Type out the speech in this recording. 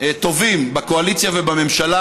טובים בקואליציה ובממשלה,